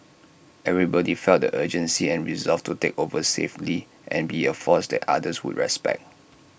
everybody felt the urgency and resolve to take over safely and be A force that others would respect